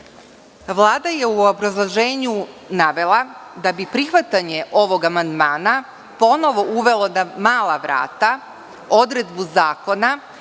Vlada je u obrazloženju navela da bi prihvatanje ovog amandmana ponovo uvelo na mala vrata odredbu zakona